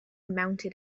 mounted